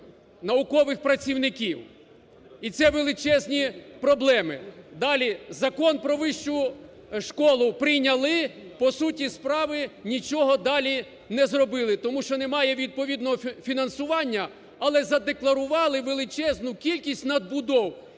наукових працівників і це величезні проблеми. Далі, Закон про вищу школи прийняли, по суті справи нічого далі не зробили. Тому що немає відповідного фінансування, але задекларували величезну кількість надбудов.